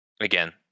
again